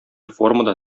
формада